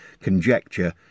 conjecture